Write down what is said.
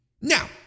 Now